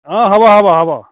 হ'ব হ'ব হ'ব